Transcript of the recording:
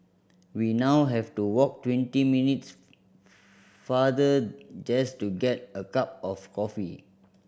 we now have to walk twenty minutes farther just to get a cup of coffee